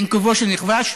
בין כובש לנכבש,